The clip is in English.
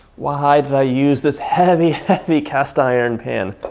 why did i use this heavy, heavy cast-iron pan.